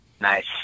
Nice